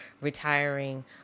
retiring